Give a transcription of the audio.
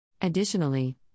Additionally